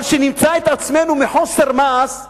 אבל שנמצא את עצמנו, מחוסר מעש שלנו,